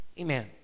Amen